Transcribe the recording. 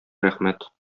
рәхмәт